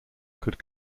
could